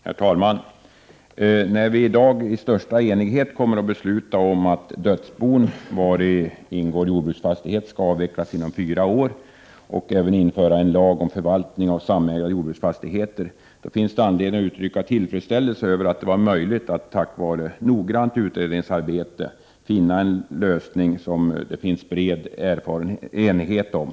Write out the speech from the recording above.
Herr talman! När vi i dag i största enighet kommer att besluta om att Idödsbon vari ingår jordbruksfastighet skall avvecklas inom fyra år samt även besluta om att införa en lag om förvaltning av samägda jordbruksfastigheter, finns det anledning att uttrycka tillfredsställelse över att det har varit möjligt tt tack vare ett noggrant utredningsarbete finna en lösning som det råder red enighet om.